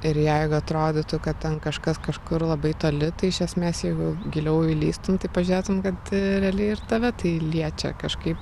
ir jeigu atrodytų kad ten kažkas kažkur labai toli tai iš esmės jeigu giliau įlįstum tai pažiūrėtum kad realiai ir tave tai liečia kažkaip